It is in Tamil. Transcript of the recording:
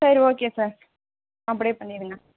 சரி ஓகே சார் அப்படியே பண்ணிடுங்கள்